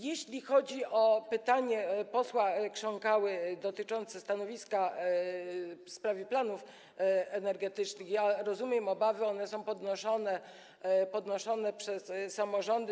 Jeśli chodzi o pytanie posła Krząkały dotyczące stanowiska w sprawie planów energetycznych, to rozumiem obawy dotyczące kosztów, one są podnoszone przez samorządy.